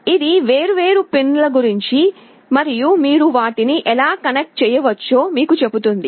ఇది వేర్వేరు పిన్ ల గురించి మరియు మీరు వాటిని ఎలా కనెక్ట్ చేయవచ్చో మీకు చెబుతుంది